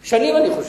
שנים, אני חושב.